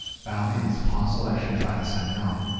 by all means, pause the lecture and try this on your own.